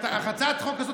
הצעת החוק הזאת,